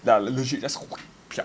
ya literally just went